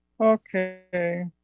Okay